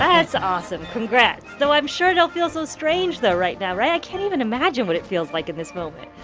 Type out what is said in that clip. that's awesome. congrats, though i'm sure it all feels so strange though right now. right. i can't even imagine what it feels like at this moment.